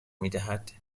میدهد